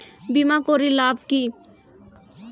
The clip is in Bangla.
বিমা করির লাভ কি?